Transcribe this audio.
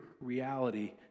reality